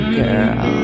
girl